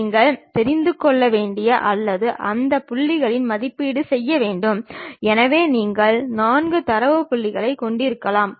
நாம் எடுத்துக் கொண்ட தாளானது கிடைமட்ட தளமாகவும் அதற்கு செங்குத்தாக உள்ள மற்றொரு தாளானது செங்குத்து தளம் என்றும் அழைக்கப்படும்